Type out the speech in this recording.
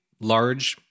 large